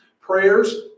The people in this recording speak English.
prayers